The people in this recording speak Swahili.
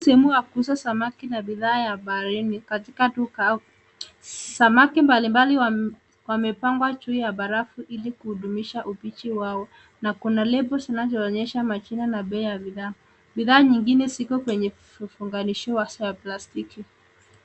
Timu ya kuuza samaki na bidhaa ya baharini katika duka. Samaki mbalimbali wamepangwa juu ya barafu ili kudumisha ubichi wao na kuna lebo zinavyoonesha majina na bei ya bidhaa. Bidhaa nyingine ziko kwenye vivunganishio za plastiki.